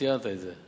ציינת את זה.